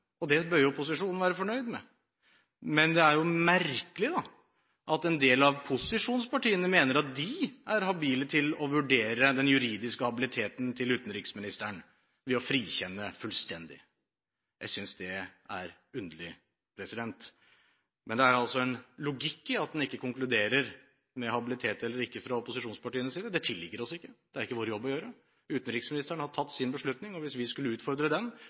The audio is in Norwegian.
Det bør jo posisjonen være fornøyd med. Men det er merkelig at en del av posisjonspartiene mener de er habile til å vurdere den juridiske habiliteten til utenriksministeren ved å frikjenne fullstendig. Jeg synes det er underlig. Men det er altså en logikk i at en ikke konkluderer med habilitet eller ikke fra opposisjonspartienes side. Det tilligger oss ikke, det er ikke vår jobb å gjøre. Utenriksministeren har tatt sin beslutning, og hvis vi skulle utfordre den,